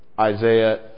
Isaiah